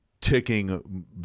ticking